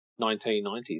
1990